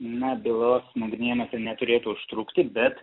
na bylos nagrinėjimas ir neturėtų užtrukti bet